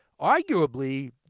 Arguably